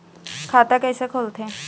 खाता कइसे खोलथें?